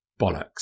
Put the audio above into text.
Bollocks